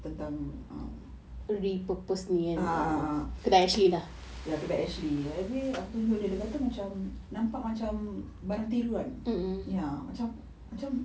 tentang um a'ah a'ah ah ya kedai ashley abeh aku tunjuk dia dia kata macam nampak macam barang tiruan ya macam macam